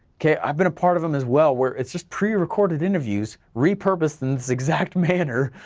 okay, i've been a part of them as well where it's just pre-recorded interviews, repurposed in this exact manner,